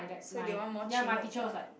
so they want more chim words ah